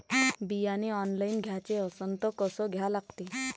बियाने ऑनलाइन घ्याचे असन त कसं घ्या लागते?